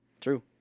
True